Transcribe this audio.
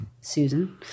Susan